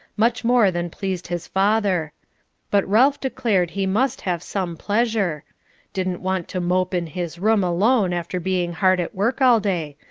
much more than pleased his father but ralph declared he must have some pleasure didn't want to mope in his room alone after being hard at work all day.